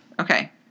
Okay